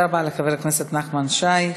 תודה רבה לחבר הכנסת נחמן שי.